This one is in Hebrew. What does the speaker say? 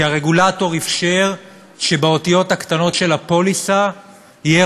כי הרגולטור אִפשר שבאותיות הקטנות של הפוליסה יהיה